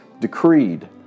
decreed